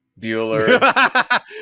Bueller